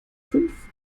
fünf